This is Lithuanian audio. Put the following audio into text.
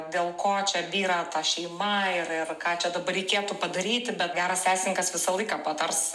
dėl ko čia byra ta šeima ir ir ką čia dabar reikėtų padaryti bet geras teisingas visą laiką patars